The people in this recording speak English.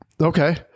Okay